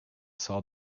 saw